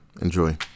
enjoy